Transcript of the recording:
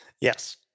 Yes